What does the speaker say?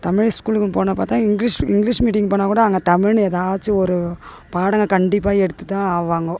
தமிழ் ஸ்கூலுக்கு போனப்போ தான் இங்கிலீஷ் இங்கிலீஷ் மீடியம் போனால் கூட அங்கே தமிழுன்னு ஏதாச்சும் ஒரு பாடம் கண்டிப்பாக எடுத்துதான் ஆவாங்க